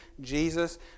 Jesus